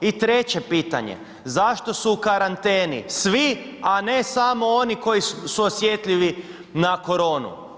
I treće pitanje, zašto su u karanteni svi, a ne samo oni koji su osjetljivi na koronu?